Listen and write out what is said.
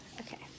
Okay